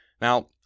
Now